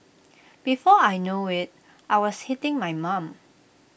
before I know IT I was hitting my mum